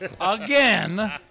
Again